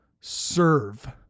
serve